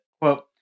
Quote